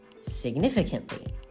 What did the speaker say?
significantly